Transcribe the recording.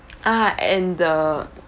ah and the